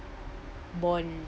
bond